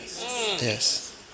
Yes